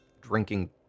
drinking